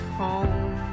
home